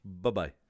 Bye-bye